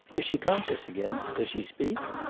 is she conscious again does she speak?